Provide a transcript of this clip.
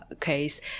case